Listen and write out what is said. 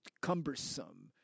cumbersome